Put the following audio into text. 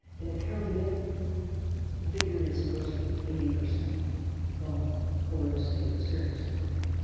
in the caribbean the figure is closer to eighty percent gone or in a state of serious decline.